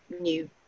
new